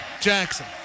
Jackson